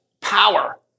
power